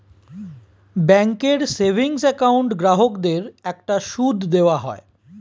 ব্যাঙ্কের savings account গ্রাহকদের একটা সুদ দেওয়া হয়